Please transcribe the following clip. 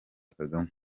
kagame